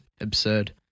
absurd